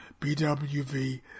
BWV